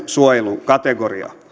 suojelun kategoriaa